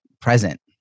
present